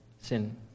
Sin